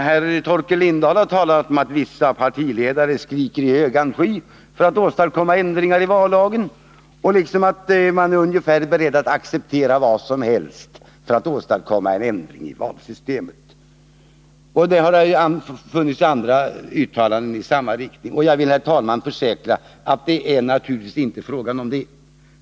Herr Torkel Lindahl har talat om att vissa partiledare skrek i högan sky för att åstadkomma ändringar i vallagen och att man är beredd att acceptera ungefär vad som helst för att åstadkomma en ändring i valsystemet. Det har gjorts andra uttalanden i samma riktning. Jag vill, herr talman, försäkra att det naturligtvis inte är fråga om detta.